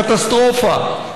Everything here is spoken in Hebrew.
קטסטרופה.